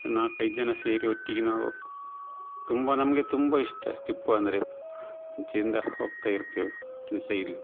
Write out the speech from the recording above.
ನಾಲ್ಕೈದು ಜನ ಸೇರಿ ಒಟ್ಟಿಗೆ ನಾವು ತುಂಬ ನಮಗೆ ತುಂಬ ಇಷ್ಟ ಟಿಪ್ಪು ಅಂದರೆ ಮುಂಚೆಯಿಂದ ಹೋಗ್ತಾ ಇರ್ತೀವಿ ದಿವಸ ಇಲ್ಲಿ